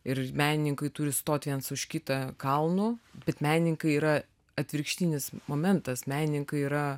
ir menininkai turi stot viens už kitą kalnu bet menininkai yra atvirkštinis momentas menininkai yra